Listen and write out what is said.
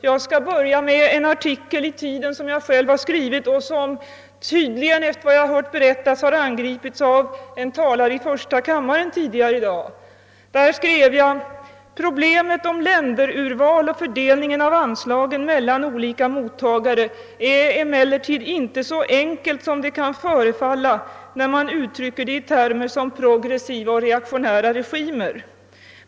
Jag skall börja med en artikel i Tiden som jag själv har skrivit och som tydligen, efter vad jag har hört berättas, har angripits av en talare i första kammaren tidigare i dag. Där skrev jag: »Problemet om länderurval och fördelningen av anslagen mellan olika mottagare är emellertid inte så enkelt, som det kan förefalla, när man uttrycker det i termer som progressiva och reaktionära regimer.